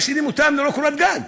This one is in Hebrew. משאירים אותם ללא קורת גג,